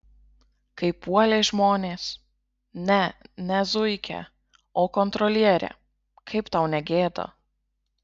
kaip puolė žmonės ne ne zuikę o kontrolierę kaip tau negėda